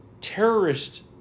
terrorist